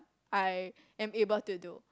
I am able to do